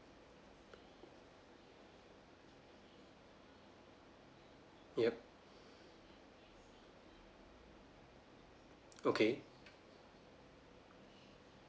yup okay